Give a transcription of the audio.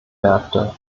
märkte